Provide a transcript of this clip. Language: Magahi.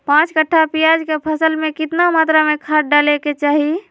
पांच कट्ठा प्याज के फसल में कितना मात्रा में खाद डाले के चाही?